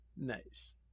nice